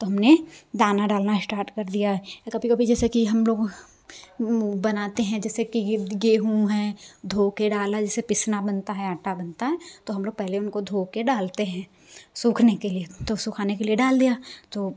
तो हमने दाना डालना स्टार्ट कर दिया या कभी कभी जैसा कि हम लोग वो बनाते हैं जैसे कि गेहूँ है धोके डाला जैसे पिसना बनता है आटा बनता तो हम लोग पहले उनको धो के डालते हैं सूखने के लिए तो सुखाने के लिए डाल दिया तो